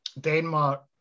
Denmark